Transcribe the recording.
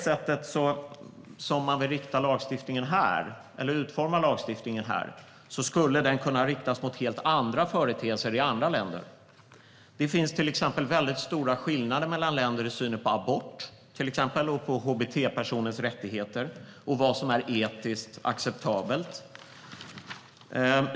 Som man vill utforma lagstiftningen här skulle den kunna riktas mot helt andra företeelser i andra länder. Det finns till exempel stora skillnader mellan länder i synen på abort, hbt-personers rättigheter och vad som är etiskt acceptabelt.